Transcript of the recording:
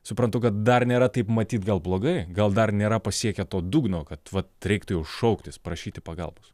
suprantu kad dar nėra taip matyt gal blogai gal dar nėra pasiekę to dugno kad vat reiktų jau šauktis prašyti pagalbos